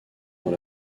dans